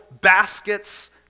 baskets